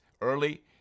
early